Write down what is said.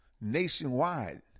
nationwide